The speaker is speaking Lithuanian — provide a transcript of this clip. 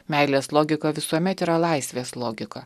meilės logika visuomet yra laisvės logika